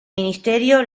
ministerio